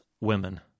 women